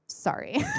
Sorry